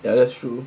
ya that's true